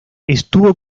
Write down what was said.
estuvo